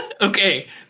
Okay